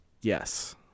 yes